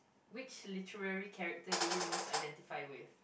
which literary character did you most identify with